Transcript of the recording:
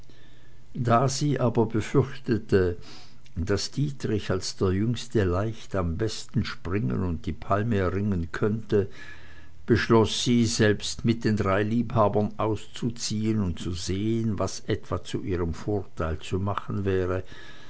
da sie aber befürchtete daß dietrich als der jüngste leicht am besten springen und die palme erringen könnte beschloß sie selbst mit den drei liebhabern auszuziehen und zu sehen was etwa zu ihrem vorteil zu machen wäre